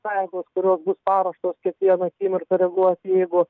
pajėgos kurios bus paruoštos kiekvieną akimirką reaguoti jeigu